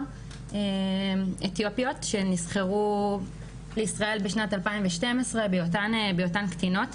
אתיופיות שנסחרו לישראל בשנת 2012 בהיותן קטינות.